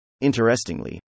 Interestingly